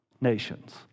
nations